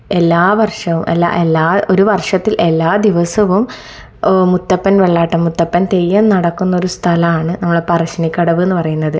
എല്ലാ വർഷവും എല്ല എല്ലാ ഒരു വർഷത്തിൽ എല്ലാ ദിവസവും മുത്തപ്പൻ വെള്ളാട്ട് മുത്തപ്പൻ തെയ്യം നടക്കുന്നൊരു സ്ഥലമാണ് നമ്മുടെ പറശ്ശിനിക്കടവ് എന്നു പറയുന്നത്